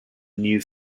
new